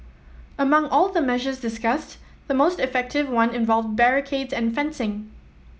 among all the measures discussed the most effective one involved barricades and fencing